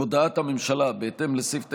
הודעת הממשלה בהתאם לסעיף 9(א)(7)